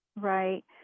Right